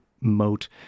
moat